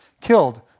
killed